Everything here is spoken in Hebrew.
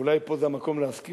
ואולי פה זה המקום להזכיר,